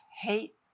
hate